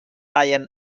ian